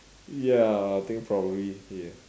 ya I think probably yeah